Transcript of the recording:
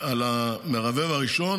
על המרבב הראשון,